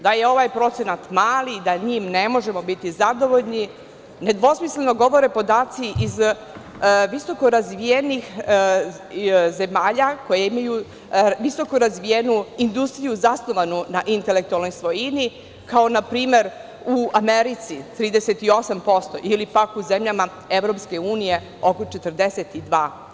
Da je ovaj procenat mali i da njim ne možemo biti zadovoljni, nedvosmisleno govore podaci iz visokorazvijenih zemalja koje imaju visoko razvijenu industriju zasnovanu na intelektualnoj svojini, kao npr. u Americi 38% ili u zemljama EU, oko 42%